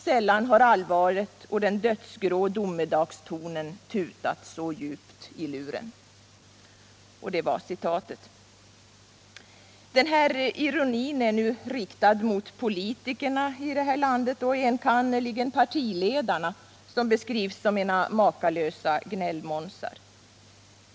Sällan har allvaret och den dödsgrå domedagstonen tutat så djupt i luren.” Den här ironin är nu riktad mot politikerna i detta land enkannerligen mot partiledarna, som beskrivs som ena makalösa gnällmånsar.